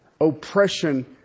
oppression